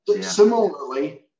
Similarly